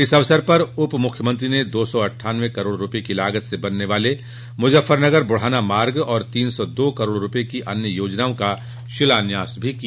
इस अवसर पर उप मुख्यमंत्री ने दो सौ अट्ठानवे करोड़ रूपये की लागत से बनने वाले मुजफ्फरनगर बुढ़ाना मार्ग तथा तीन सौ दो करोड़ रूपये की अन्य योजनाओं का शिलान्यास भी किया